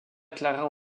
clara